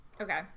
okay